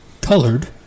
colored